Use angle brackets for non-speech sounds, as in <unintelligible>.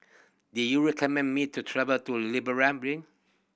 do you recommend me to travel to <unintelligible>